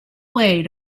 way